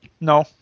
No